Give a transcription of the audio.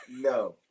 no